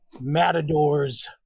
matadors